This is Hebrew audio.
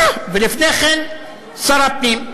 ולפני כן שר הפנים.